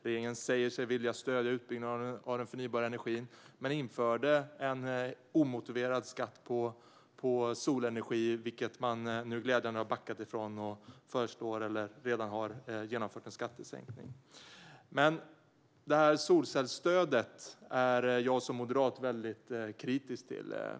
Regeringen säger sig vilja stödja utbyggnaden av den förnybara energin men införde en omotiverad skatt på solenergi. Glädjande nog har man nu backat ifrån den och genomfört en skattesänkning. Solcellsstödet är jag som moderat väldigt kritisk mot.